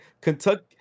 Kentucky